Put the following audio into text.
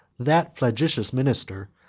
that flagitious minister,